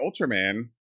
Ultraman